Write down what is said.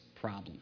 problem